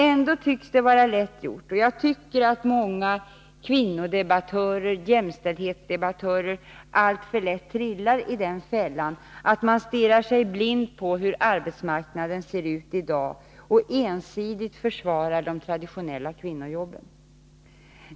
Ändå tycks det vara lätt gjort — och jag tycker att många kvinnodebattörer, jämställdhetsdebattörer, alltför lätt trillar i den fällan — att stirra sig blind på hur arbetsmarknaden ser ut i dag och ensidigt försvara de traditionella kvinnojobben.